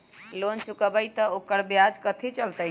Loan चुकबई त ओकर ब्याज कथि चलतई?